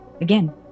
again